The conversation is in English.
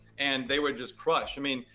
and they would just crush. i mean,